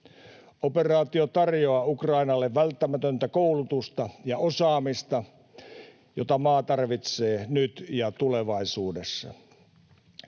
Operaatio tarjoaa Ukrainalle välttämätöntä koulutusta ja osaamista, joita maa tarvitsee nyt ja tulevaisuudessa.